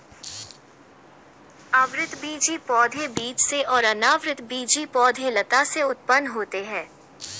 आवृतबीजी पौधे बीज से और अनावृतबीजी पौधे लता से उत्पन्न होते है